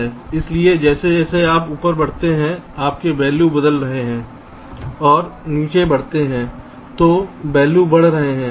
इसलिए जैसे जैसे आप ऊपर बढ़ते हैं आपके वैल्यू बदल रहे हैं और नीचे बढ़ते हैं तो वैल्यू बढ़ रहे हैं